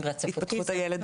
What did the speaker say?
התפתחות הילד,